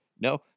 No